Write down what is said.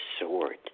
sword